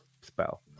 spell